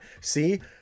see